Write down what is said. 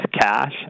cash